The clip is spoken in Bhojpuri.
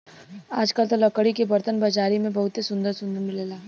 आजकल त लकड़ी के बरतन बाजारी में बहुते सुंदर सुंदर मिलेला